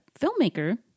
filmmaker